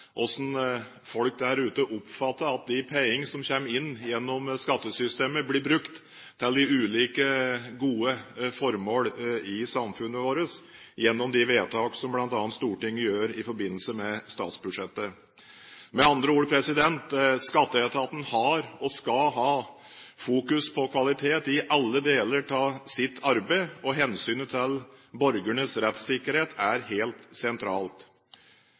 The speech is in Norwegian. hvordan folk der ute oppfatter at de pengene som kommer inn gjennom skattesystemet, blir brukt til de ulike gode formål i samfunnet vårt gjennom bl.a. de vedtak som Stortinget gjør i forbindelse med statsbudsjettet. Med andre ord: Skatteetaten har og skal ha fokus på kvalitet i alle deler av sitt arbeid, og hensynet til borgernes rettssikkerhet er helt sentralt.